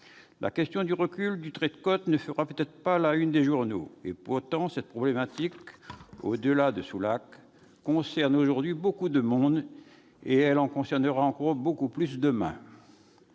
La question du recul du trait de côte ne fera peut-être pas la une des journaux, pourtant cette problématique, au-delà de Soulac-sur-Mer, concerne aujourd'hui beaucoup de monde, et elle en concernera encore beaucoup plus demain.